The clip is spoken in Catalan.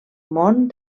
món